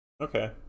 Okay